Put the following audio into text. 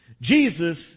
Jesus